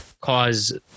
cause